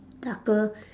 darker